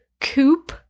Coupe